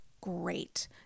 great